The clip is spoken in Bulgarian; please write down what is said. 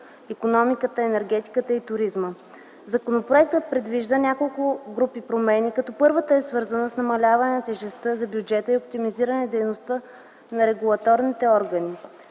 икономиката, енергетиката и туризма. Законопроектът предвижда няколко групи промени, като първата е свързана с намаляване тежестта за бюджета и оптимизиране дейността на регулаторните органи.